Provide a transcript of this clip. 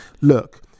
look